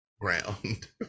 ground